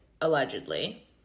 allegedly